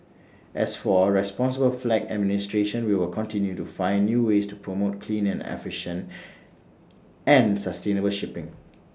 as for A responsible flag administration we will continue to find new ways to promote clean and efficient and sustainable shipping